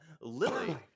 Lily